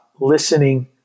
listening